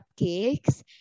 cupcakes